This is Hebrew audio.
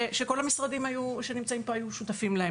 שכל המשרדים שנמצאים פה היו שותפים לה,